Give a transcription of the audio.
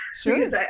Sure